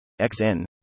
xn